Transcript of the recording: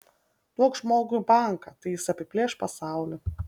duok žmogui banką tai jis apiplėš pasaulį